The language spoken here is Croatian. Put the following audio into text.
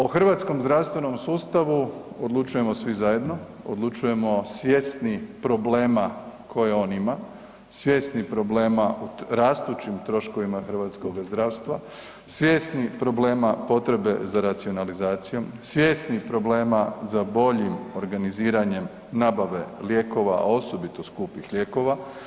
O hrvatskom zdravstvenom sustavu odlučujemo svi zajedno, odlučujemo svjesni problema koje on ima, svjesni problema o rastućim troškovima hrvatskoga zdravstva, svjesni problema potrebe za racionalizacijom, svjesni problema za boljim organiziranjem nabave lijekova a osobito skupih lijekova.